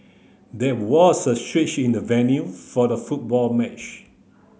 there was a switch in the venue for the football match